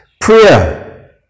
prayer